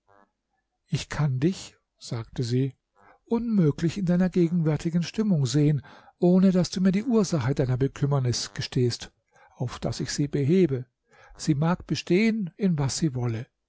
ich kann dich sagte sie unmöglich in deiner gegenwärtigen stimmung sehen ohne daß du mir die ursache deiner bekümmernis gestehst auf daß ich sie hebe sie mag bestehen in was sie wolle